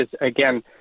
again